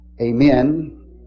amen